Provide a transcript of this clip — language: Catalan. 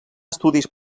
estudis